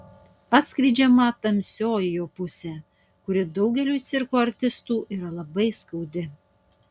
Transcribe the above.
atskleidžiama tamsioji jo pusė kuri daugeliui cirko artistų yra labai skaudi